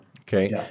Okay